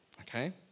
okay